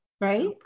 right